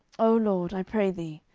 o lord, i pray thee,